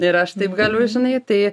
ir aš taip galiu žinai tai